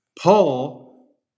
Paul